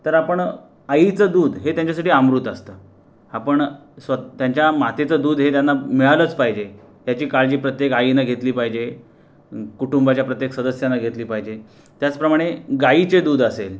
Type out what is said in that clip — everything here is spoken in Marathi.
तर आपण आईचं दूध हे त्यांच्यासाठी अमृत असतं आपण स्व त्यांच्या मातेचं दूध हे त्यांना मिळालंच पाहिजे याची काळजी प्रत्येक आईनं घेतली पाहिजे कुटुंबाच्या प्रत्येक सदस्यानं घेतली पाहिजे त्याचप्रमाणे गायीचे दूध असेल